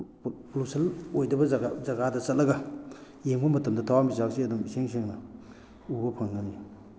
pollution ꯑꯣꯏꯗꯕ ꯖꯒꯥ ꯖꯒꯥꯗ ꯆꯠꯂꯒ ꯌꯦꯡꯕ ꯃꯇꯝꯗ ꯊꯋꯥꯟ ꯃꯤꯆꯥꯛꯁꯦ ꯑꯗꯨꯝ ꯏꯁꯦꯡ ꯁꯦꯡꯅ ꯎꯕ ꯐꯪꯒꯅꯤ